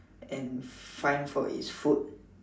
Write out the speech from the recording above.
and find for its food